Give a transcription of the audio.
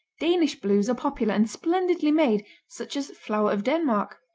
danish blues are popular and splendidly made, such as flower of denmark.